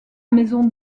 maison